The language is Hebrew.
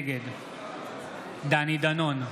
נגד דני דנון,